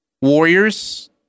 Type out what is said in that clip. Warriors